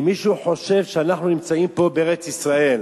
אם מישהו חושב שאנחנו נמצאים פה בארץ-ישראל